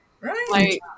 Right